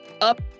up